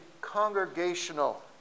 congregational